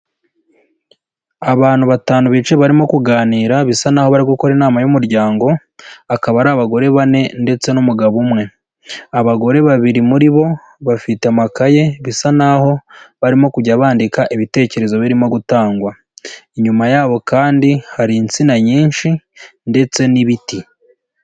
Abantu batanu bicaye barimo kuganira, bisa n'aho bari gukora inama y'umuryango, akaba ari abagore bane ndetse n'umugabo umwe, abagore babiri muri bo bafite amakaye bisa n'aho barimo kujya bandika ibitekerezo birimo gutangwa, inyuma yabo kandi hari insina nyinshi ndetse n'ibiti.